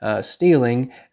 stealing